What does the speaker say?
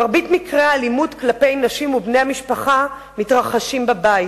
מרבית מקרי האלימות כלפי נשים ובני המשפחה מתרחשים בבית.